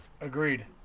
Agreed